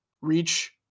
reach